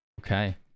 Okay